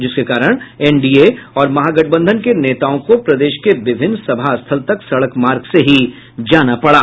जिसके कारण एनडीए और महागठबंधन के नेताओं को प्रदेश के विभिन्न सभास्थल तक सड़क मार्ग से ही जाना पड़ा